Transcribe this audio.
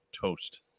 toast